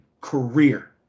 career